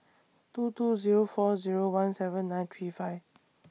two two Zero four Zero one seven nine three five